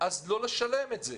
לא נשלם את זה.